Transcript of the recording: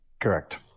Correct